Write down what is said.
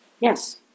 Yes